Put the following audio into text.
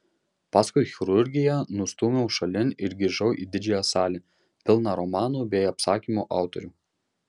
paskui chirurgiją nustūmiau šalin ir grįžau į didžiąją salę pilną romanų bei apsakymų autorių